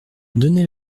donnez